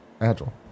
Agile